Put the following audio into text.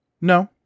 No